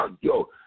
Yo